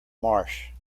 marsh